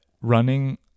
running